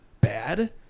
bad